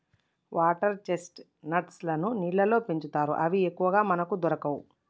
water chestnuts లను నీళ్లల్లో పెంచుతారు అవి ఎక్కువగా మనకు దొరకవు